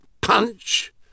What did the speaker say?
punch